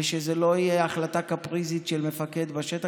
ושזו לא תהיה החלטה קפריזית של מפקד בשטח.